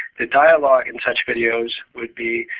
the dialogue in such videos would be,